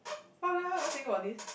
oh ya why saying about this